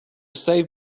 save